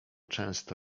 często